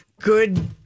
good